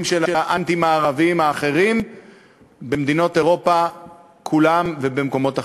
האנטי-מערביים האחרים במדינות אירופה כולן ובמקומות אחרים.